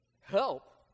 help